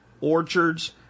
orchards